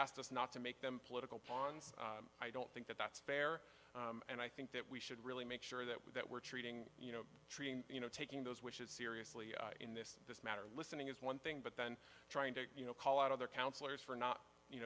asked us not to make them political pons i don't think that that's fair and i think that we should really make sure that we're treating you know treating you know taking those wishes seriously in this this matter listening is one thing but then trying to you know call out other counselors for not you